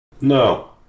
No